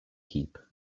heap